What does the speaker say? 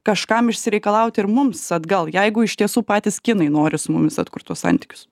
kažkam išsireikalauti ir mums atgal jeigu iš tiesų patys kinai nori su mumis atkurt tuos santykius